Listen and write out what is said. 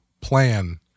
plan